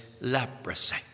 leprosy